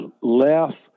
left